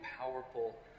powerful